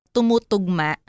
tumutugma